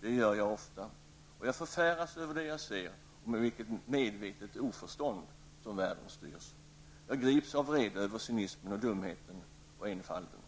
Det gör jag ofta, och jag förfäras över det jag ser och med vilket medvetet oförstånd som världen styrs. Jag grips av vrede över cynismen, dumheten och enfalden.